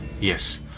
Yes